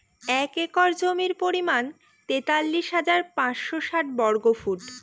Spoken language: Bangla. এক একর জমির পরিমাণ তেতাল্লিশ হাজার পাঁচশ ষাট বর্গফুট